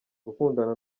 gukundana